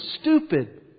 stupid